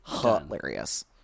hilarious